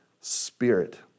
spirit